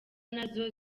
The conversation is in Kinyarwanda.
nazo